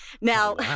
Now